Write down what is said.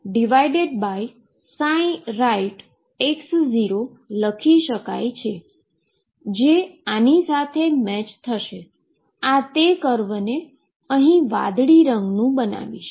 તેથી આ તે કર્વને આ વાદળી રંગનું બનાવીશ